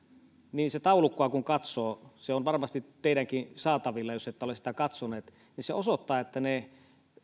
niin kun sitä taulukkoa katsoo se on varmasti teidänkin saatavillanne jos ette ole sitä katsoneet se osoittaa että ne